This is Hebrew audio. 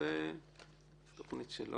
זו התכנית.